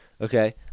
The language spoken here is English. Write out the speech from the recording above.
okay